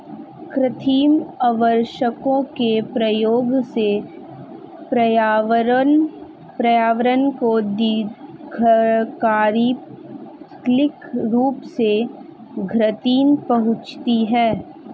कृत्रिम उर्वरकों के प्रयोग से पर्यावरण को दीर्घकालिक रूप से क्षति पहुंचती है